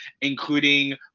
including